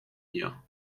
hier